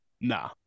Nah